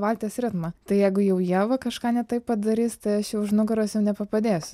valties ritmą tai jeigu jau ieva kažką ne taip padarys tai aš jau už nugaros jau nebepadėsiu